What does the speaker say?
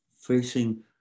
facing